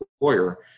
employer